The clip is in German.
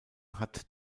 hat